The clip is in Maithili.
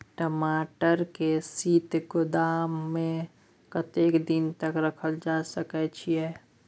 टमाटर के शीत गोदाम में कतेक दिन तक रखल जा सकय छैय?